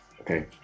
Okay